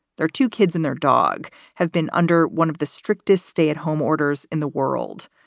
their two kids and their dog have been under one of the strictest stay at home orders in the world.